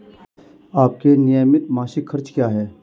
आपके नियमित मासिक खर्च क्या हैं?